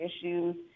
issues